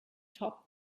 topped